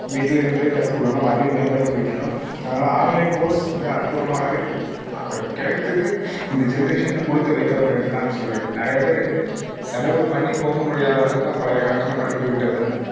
வீட்டில் இருந்தபடியே கற்றுக்கொள்கிறோம் நம்ம அறிவை மேம்படுத்திக் கொள்கிறோம் அதனால ஆன்லைன் கோர்ஸ் மிக அற்புதமானது ஆக கிடைத்தது இந்த ஜெண்ட்ரேஷன் கொடுத்து வைத்தவர்கள் என்று தான் சொல்ல வேண்டும் நிறைய பேரு செலவு பண்ணி போக முடியாத அளவுக்கு தான் பழைய காலத்துலேலாம் படிப்பை விட்டவர்கள்